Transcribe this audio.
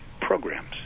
programs